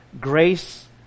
grace